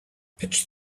pitch